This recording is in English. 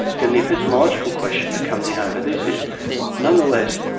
then the epistemological question that comes in over this is nonetheless,